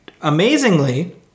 amazingly